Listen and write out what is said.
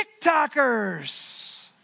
TikTokers